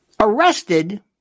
Arrested